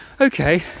okay